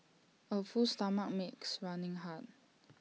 A full stomach makes running hard